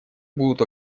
будут